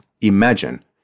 Imagine